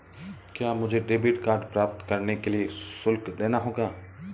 क्या मुझे debit card प्राप्त करने के लिए शुल्क देना होगा?